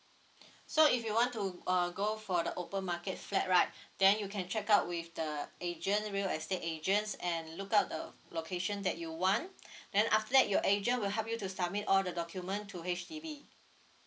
so if you want to uh go for the open market flat right then you can check out with the agent real estate agents and look out the location that you want then after that your agent will help you to submit all the document to H_D_B